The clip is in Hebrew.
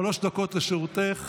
שלוש דקות לרשותך.